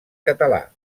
català